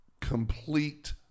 complete